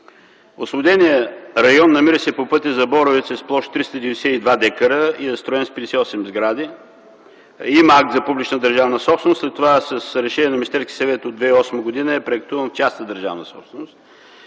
Освободеният район, намиращ се по пътя за Боровец, е с площ 392 декара и е застроен с 58 сгради. Има акт за публична държавна собственост. След това с Решение на Министерския съвет от 2008 г. е преактуван в частна държавна собственост.